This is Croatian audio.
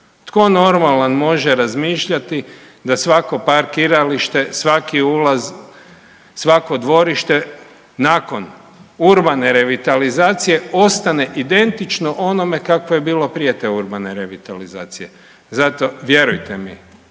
Tko normalan može razmišljati da svako parkiralište, svaki ulaz, svako dvorište nakon urbane revitalizacije ostane identično onome kakvo je bilo prije te urbane revitalizacije. Zato, vjerujte mi,